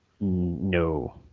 No